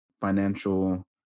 financial